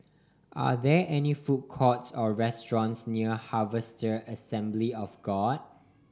are there any food courts or restaurants near Harvester Assembly of God